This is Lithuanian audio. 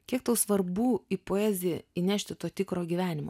kiek tau svarbu į poeziją įnešti to tikro gyvenimo